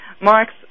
Marks